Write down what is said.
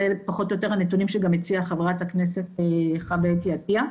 זה פחות או יותר הנתונים שגם הציגה חברת הכנסת חוה אתי עטיה.